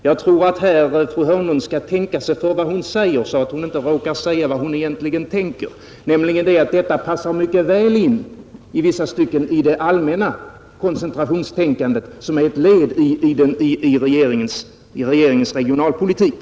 Jag tror att fru Hörnlund skall tänka på vad hon säger, så att hon inte råkar säga vad hon egentligen tänker, nämligen att detta i vissa stycken mycket väl passar in i det allmänna koncentrationstänkande som är ett led i regeringens regionalpolitik.